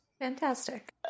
fantastic